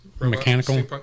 Mechanical